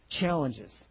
challenges